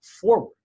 forward